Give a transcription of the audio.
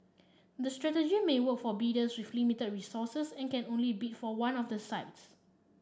this strategy may work for a bidders with limited resources and can only bid for one of the sites